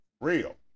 real